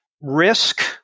Risk